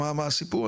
מה הסיפור?",